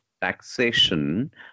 taxation